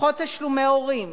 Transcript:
פחות תשלומי הורים,